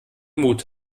mut